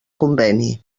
conveni